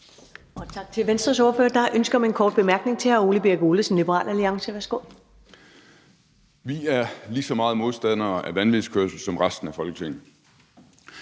Vi er lige så meget modstandere af vanvidskørsel som resten af Folketinget.